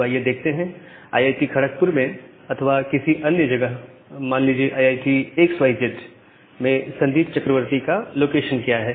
तो आइए देखते हैं आईआईटी खड़कपुर में अथवा किसी अन्य जगह में मान लीजिए आईआईटी एक्स वाई जेड में संदीप चक्रवर्ती का लोकेशन क्या है